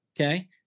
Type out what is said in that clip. Okay